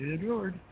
George